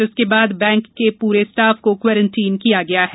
जिसके बाद बैंक के पूरे स्टाफ को कोरोन्टीन किया गया है